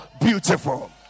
beautiful